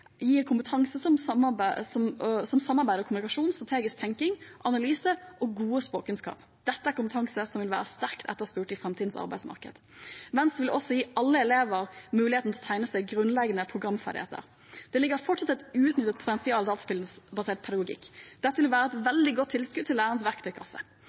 gir kompetanse som samarbeid og kommunikasjon, strategisk tenking, analyse og gode språkkunnskaper. Dette er kompetanse som vil være sterkt etterspurt i framtidens arbeidsmarked. Venstre vil også gi alle elever muligheten til å tilegne seg grunnleggende programmeringsferdigheter. Det ligger fortsatt et uutnyttet potensial i dataspillbasert pedagogikk. Dette vil være et veldig godt tilskudd til lærerens verktøykasse.